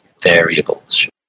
variables